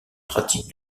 pratique